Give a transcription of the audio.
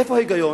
איפה ההיגיון?